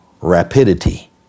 rapidity